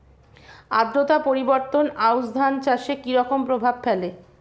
আদ্রতা পরিবর্তন আউশ ধান চাষে কি রকম প্রভাব ফেলে?